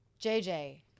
JJ